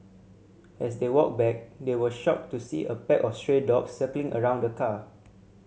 as they walked back they were shocked to see a pack of stray dogs circling around the car